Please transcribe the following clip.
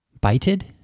bited